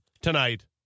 tonight